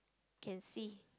can see